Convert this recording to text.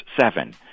seven